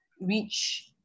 reach